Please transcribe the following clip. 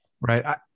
Right